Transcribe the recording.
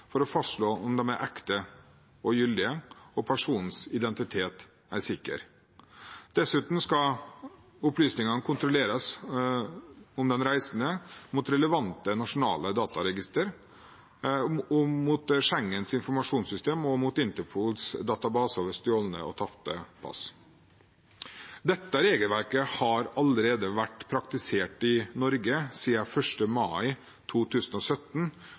for å fastslå om de er ekte og gyldige, og om personens identitet er sikker. Dessuten skal opplysningene om den reisende kontrolleres mot relevante nasjonale dataregistre, mot Schengens informasjonssystem og mot Interpols database over stjålne og tapte pass. Dette regelverket har allerede vært praktisert i Norge siden 1. mai 2017